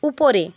উপরে